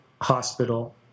Hospital